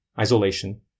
isolation